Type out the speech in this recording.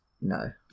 No